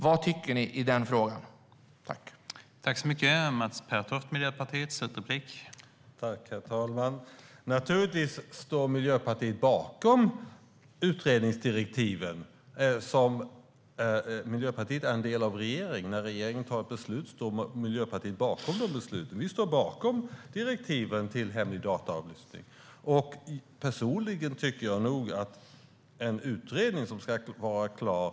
Vad tycker ni i den frågan, Mats Pertoft?